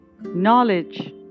knowledge